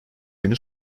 günü